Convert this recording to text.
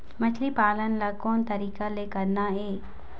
मछली पालन ला कोन तरीका ले करना ये?